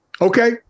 Okay